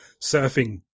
surfing